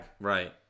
Right